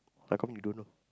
how come you don't know